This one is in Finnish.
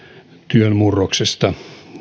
työn murroksesta